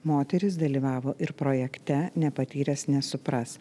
moterys dalyvavo ir projekte nepatyręs nesupras